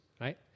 right